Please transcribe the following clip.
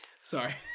sorry